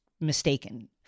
mistaken